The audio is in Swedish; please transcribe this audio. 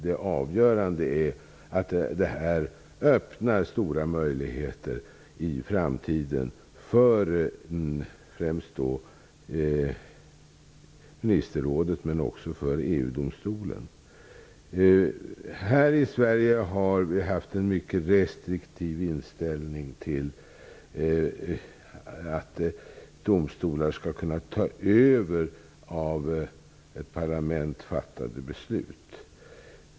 Det avgörande är att detta öppnar stora möjligheter i framtiden för främst ministerrådet men också för EU-domstolen. I Sverige har vi haft en mycket restriktiv inställning till att domstolar skall kunna ta över beslut som är fattade av ett parlament.